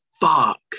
fuck